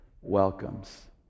welcomes